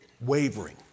wavering